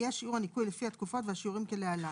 יהיה שיעור הניכוי לפי התקופות והשיעורים כלהלן: